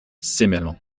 sémalens